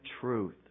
truth